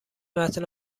متن